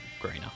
greener